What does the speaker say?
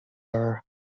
are